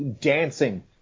dancing